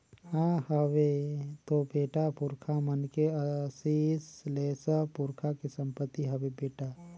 हां हवे तो बेटा, पुरखा मन के असीस ले सब पुरखा के संपति हवे बेटा